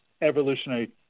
evolutionary